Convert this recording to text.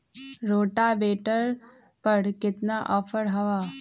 Rotavator पर केतना offer हव?